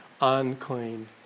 unclean